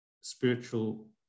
spiritual